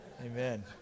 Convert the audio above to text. Amen